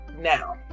now